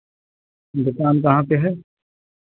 दुकान कहाँ पे है